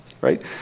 right